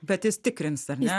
bet jis tikrins ar ne